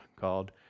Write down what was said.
called